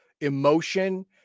emotion